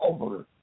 over